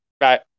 Right